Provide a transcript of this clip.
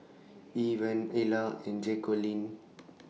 Ivan Ilah and Jaqueline